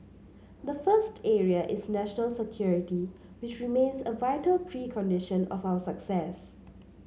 the first area is national security which remains a vital precondition of our success